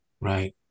Right